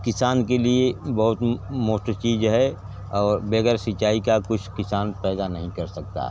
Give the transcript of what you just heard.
किसान के लिए बहुत मोट चीज है और वगैर सिंचाई का कुछ किसान पैदा नहीं कर सकता